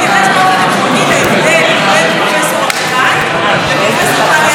איינהורן, שמיהרתם לאשר.